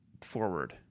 forward